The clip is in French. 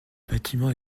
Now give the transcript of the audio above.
bâtiment